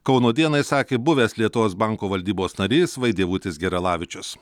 kauno dienai sakė buvęs lietuvos banko valdybos narys vaidievutis geralavičius